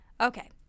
Okay